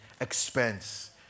expense